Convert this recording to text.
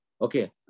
Okay